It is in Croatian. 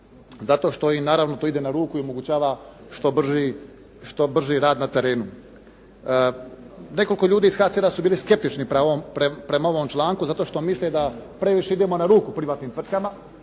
zato što im naravno to ide na ruku i omogućava što brži rad na terenu. Nekoliko ljudi iz HCR-a su bili skeptični prema ovom članku zato što misle da previše idemo na ruku privatnim tvrtkama